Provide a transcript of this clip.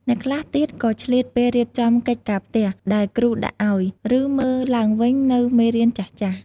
អ្នកខ្លះទៀតក៏ឆ្លៀតពេល រៀបចំកិច្ចការផ្ទះ ដែលគ្រូដាក់ឱ្យ ឬ មើលឡើងវិញនូវមេរៀនចាស់ៗ។